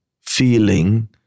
feeling